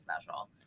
special